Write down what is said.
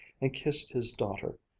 and kissed his daughter,